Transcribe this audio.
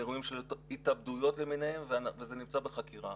אירועים של התאבדויות למיניהן וזה נמצא בחקירה,